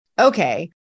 okay